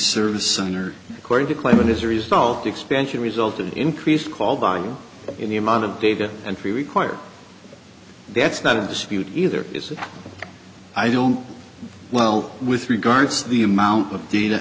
service center according to claimant is a result expansion result of the increased call by in the amount of data entry required that's not a dispute either is that i don't well with regards to the amount of data